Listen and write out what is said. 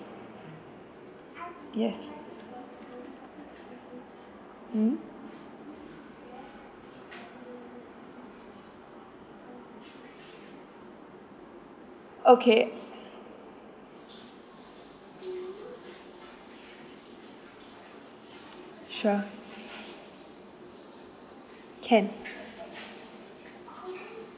yes mmhmm okay sure can